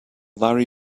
larry